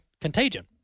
contagion